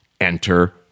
enter